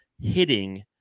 hitting